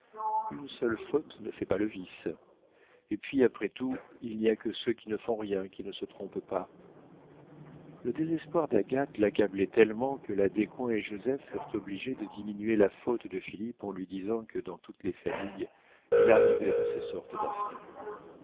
une seule faute ne fait pas le vice et puis après tout il n'y a que ceux qui ne font rien qui ne se trompent pas le désespoir d'agathe l'accablait tellement que la descoings et joseph furent obligés de diminuer la faute de philippe en lui disant que dans toutes les familles il arrivait de ces sortes d'affaires